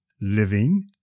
living